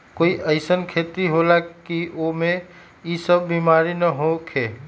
कोई अईसन खेती होला की वो में ई सब बीमारी न होखे?